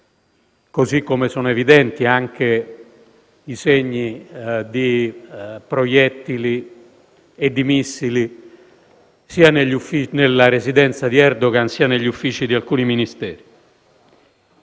così come sono evidenti i segni di proiettili e di missili sia nella residenza di Erdogan sia negli uffici di alcuni Ministeri.